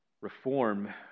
reform